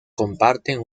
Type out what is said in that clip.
comparten